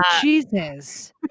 Jesus